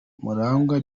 murangwa